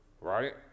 right